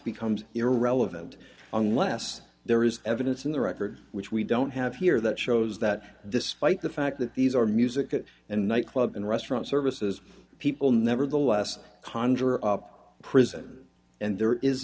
becomes irrelevant unless there is evidence in the record which we don't have here that shows that despite the fact that these are music at a nightclub and restaurant services people nevertheless conjure up prison and there is